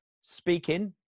speaking